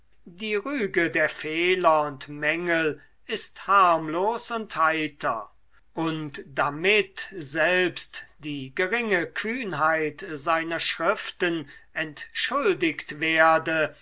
die rüge der fehler und mängel ist harmlos und heiter und damit selbst die geringe kühnheit seiner schriften entschuldigt werde